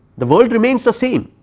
the world remains the same,